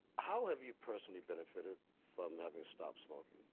how have you personally benefitted from having stopped smoking?